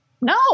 no